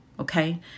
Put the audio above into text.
Okay